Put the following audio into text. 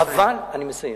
אני מסיים.